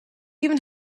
even